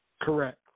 Correct